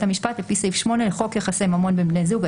המשפט לפי סעיף 8 לחוק יחסי ממון בין בני זוג,